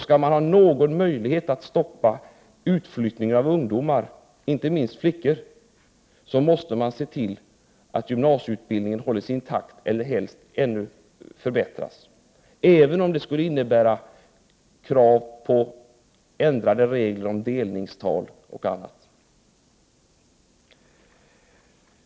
Skall man ha någon möjlighet att stoppa utflyttningen av ungdomar, inte minst flickor, måste man se till, att gymnasieutbildningen hålles intakt eller helst förbättras, även om det skulle innebära krav på ändrade regler för delningstal och annat.